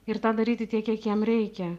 ir tą daryti tiek kiek jam reikia